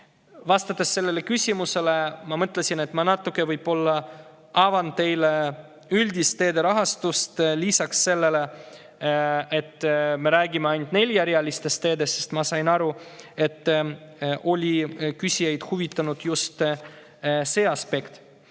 vastates sellele küsimusele, ma natuke avan teile üldist teede rahastust lisaks sellele, et me räägime ainult neljarealistest teedest, sest ma sain aru, et küsijaid oli huvitanud just see aspekt.